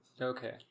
Okay